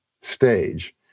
stage